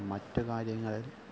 മറ്റ് കാര്യങ്ങളിൽ